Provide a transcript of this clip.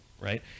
right